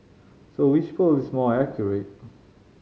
so which poll is more accurate